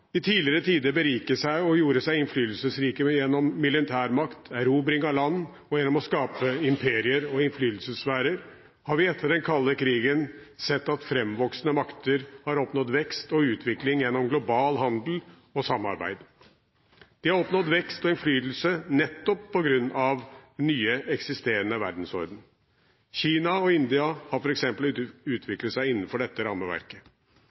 i tidligere tider beriket seg og gjorde seg innflytelsesrike gjennom militærmakt, erobring av land og gjennom å skape imperier og innflytelsessfærer, har vi etter den kalde krigen sett at framvoksende makter har oppnådd vekst og utvikling gjennom global handel og samarbeid. De har oppnådd vekst og innflytelse nettopp på grunn av den nye eksisterende verdensordenen. Kina og India har f.eks. utviklet seg innenfor dette rammeverket.